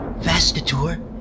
Vastator